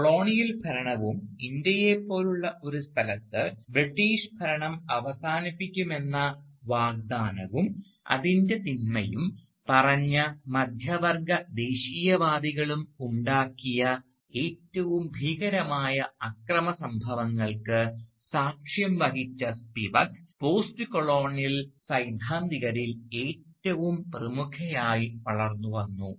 colonial ഭരണവും ഇന്ത്യയെപ്പോലുള്ള ഒരു സ്ഥലത്ത് ബ്രിട്ടീഷ് ഭരണം അവസാനിപ്പിക്കുമെന്ന വാഗ്ദാനവും അതിൻറെ തിന്മയും പറഞ്ഞ മധ്യവർഗ്ഗ ദേശീയവാദികളും ഉണ്ടാക്കിയ ഏറ്റവും ഭീകരമായ അക്രമ സംഭവങ്ങൾക്ക് സാക്ഷ്യം വഹിച്ച സ്പിവക് പോസ്റ്റ് കൊളോണിയൽ സൈദ്ധാന്തികരിൽ ഏറ്റവും പ്രമുഖയായി വളർന്നുവന്നു